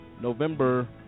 November